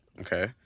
Okay